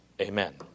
Amen